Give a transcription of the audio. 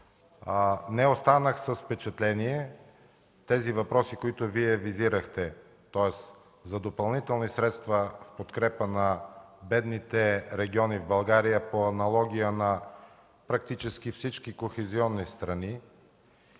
не останах с впечатление въпросите, които визирахте – за допълнителни средства в подкрепа на бедните региони в България, по аналогия на практически всички кохезионни страни,